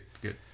good